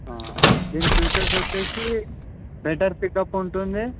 దీన్ని ఫీచర్స్ వచ్చేసి better pickup ఉంటుంది